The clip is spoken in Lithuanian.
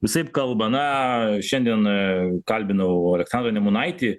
visaip kalba na šiandien kalbinau aleksandrą nemunaitį